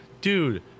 Dude